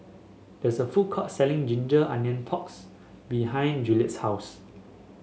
there is a food court selling ginger onion porks behind Juliet's house